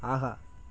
ஆஹா